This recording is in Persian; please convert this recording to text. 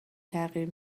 تغییر